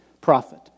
prophet